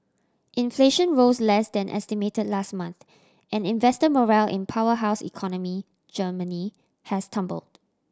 inflation rose less than estimated last month and investor morale in powerhouse economy Germany has tumbled